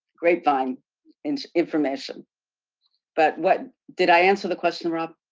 grapevine and information but what did i answer the question, rob?